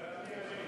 אני.